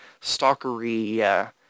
stalkery